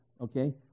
okay